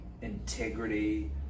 integrity